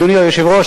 אדוני היושב-ראש,